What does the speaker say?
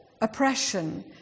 oppression